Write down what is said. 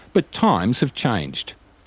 but times have changed.